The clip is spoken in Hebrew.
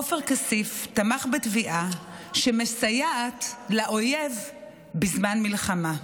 עופר כסיף תמך בתביעה שמסייעת לאויב בזמן מלחמה.